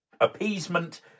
Appeasement